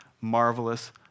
marvelous